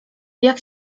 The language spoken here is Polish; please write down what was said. jak